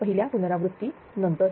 पहिल्या पुनरावृत्ती नंतर